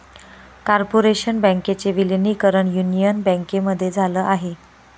corporation बँकेचे विलीनीकरण union बँकेमध्ये झाल आहे